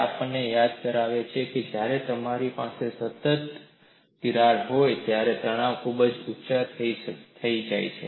જે અમને યાદ કરાવે છે કે જ્યારે તમારી પાસે તિરાડ હોય ત્યારે તણાવ ખૂબ ઉચા થઈ જાય છે